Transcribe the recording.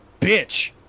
bitch